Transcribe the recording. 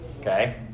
Okay